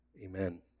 Amen